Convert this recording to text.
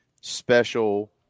special